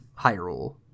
hyrule